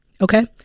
Okay